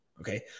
okay